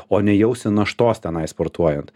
o ne jausi naštos tenai sportuojant